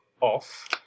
off